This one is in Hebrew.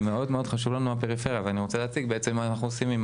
ומאוד מאוד חשוב לנו הפריפריה ואני רוצה להציג מה בעצם אנחנו עושים.